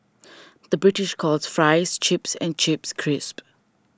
the British calls Fries Chips and Chips Crisps